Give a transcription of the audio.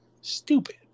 Stupid